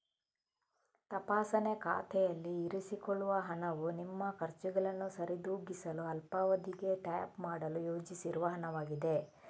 ತಪಾಸಣೆ ಖಾತೆಯಲ್ಲಿ ಇರಿಸಿಕೊಳ್ಳುವ ಹಣವು ನಿಮ್ಮ ಖರ್ಚುಗಳನ್ನು ಸರಿದೂಗಿಸಲು ಅಲ್ಪಾವಧಿಗೆ ಟ್ಯಾಪ್ ಮಾಡಲು ಯೋಜಿಸಿರುವ ಹಣವಾಗಿದೆ